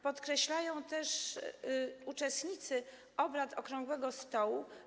Podkreślają to też uczestnicy obrad okrągłego stołu.